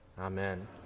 Amen